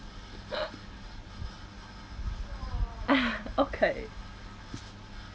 okay